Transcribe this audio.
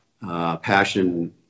Passion